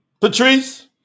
Patrice